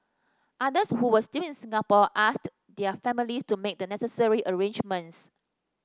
others who were still in Singapore asked their families to make the necessary arrangements